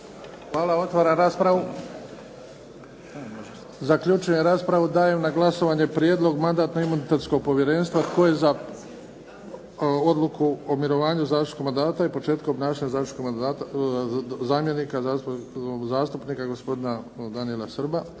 Hvala. Otvaram raspravu. Zaključujem raspravu. Dajem na glasovanje prijedlog Mandatno-imunitetnog povjerenstva Odluku o mirovanju zastupničkog mandata i početku obnašanja zastupničkog mandata zamjenika zastupnika gospodina Danijela Srba.